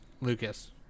Lucas